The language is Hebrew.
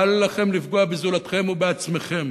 אל לכם לפגוע בזולתכם ובעצמכם.